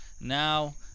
Now